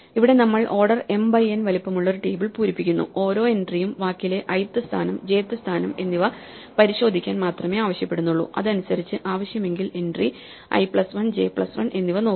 ഇവിടെ നമ്മൾ order m by n വലിപ്പം ഉള്ള ഒരു ടേബിൾ പൂരിപ്പിക്കുന്നു ഓരോ എൻട്രിയും വാക്കിലെ iത് സ്ഥാനം jത് സ്ഥാനം എന്നിവ പരിശോധിക്കാൻ മാത്രമേ ആവശ്യപ്പെടുന്നുള്ളൂ അത് അനുസരിച്ച് ആവശ്യമെങ്കിൽ entry i plus 1 j plus 1 എന്നിവ നോക്കും